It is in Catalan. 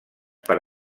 per